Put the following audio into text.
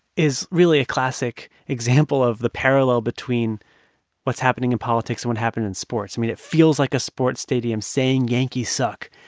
is really a classic example of the parallel between what's happening in politics and what happened in sports. i mean, it feels like a sports stadium saying yankees suck.